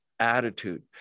Attitude